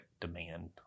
demand